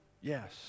yes